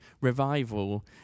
revival